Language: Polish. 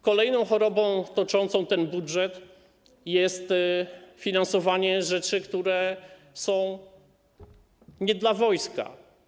Kolejną chorobą toczącą ten budżet jest finansowanie rzeczy, które nie są dla wojska.